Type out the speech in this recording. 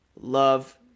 love